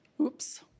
Oops